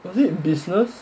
was it business